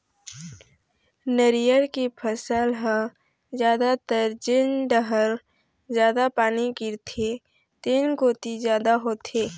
नरियर के फसल ह जादातर जेन डहर जादा पानी गिरथे तेन कोती जादा होथे